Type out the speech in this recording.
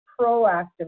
proactive